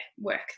work